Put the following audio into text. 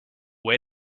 way